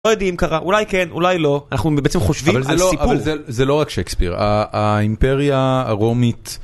לא יודעים אם קרה, אולי כן אולי לא. אנחנו בעצם חושבים על סיפור. אבל זה לא רק שקספיר האימפריה הרומית.